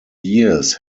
years